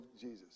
Jesus